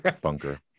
bunker